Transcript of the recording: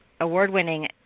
award-winning